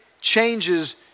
changes